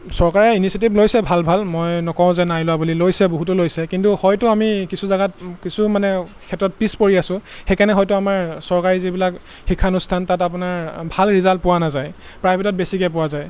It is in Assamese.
চৰকাৰে ইনিচিয়েটিভ লৈছে ভাল ভাল মই নকওঁ যে নাই লোৱা বুলি লৈছে বহুতো লৈছে কিন্তু হয়তো আমি কিছু জেগাত কিছু মানে ক্ষেত্ৰত পিছ পৰি আছোঁ সেইকাৰণে হয়তো আমাৰ চৰকাৰী যিবিলাক শিক্ষানুষ্ঠান তাত আপোনাৰ ভাল ৰিজাল্ট পোৱা নাযায় প্ৰাইভেটত বেছিকৈ পোৱা যায়